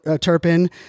Turpin